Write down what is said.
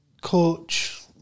coach